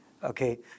Okay